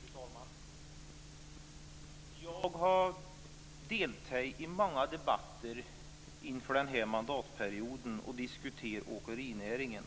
Fru talman! Jag har deltagit i många debatter inför den här mandatperioden och diskuterat åkerinäringen.